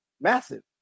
massive